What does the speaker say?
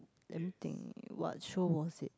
let me think what show was it